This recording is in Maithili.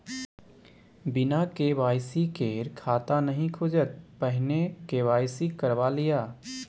बिना के.वाई.सी केर खाता नहि खुजत, पहिने के.वाई.सी करवा लिअ